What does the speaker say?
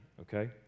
okay